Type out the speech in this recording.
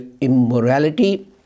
immorality